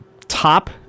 top